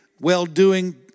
well-doing